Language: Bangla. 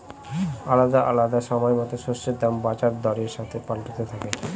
আলাদা আলাদা সময়তো শস্যের দাম বাজার দরের সাথে পাল্টাতে থাকে